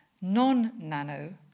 non-nano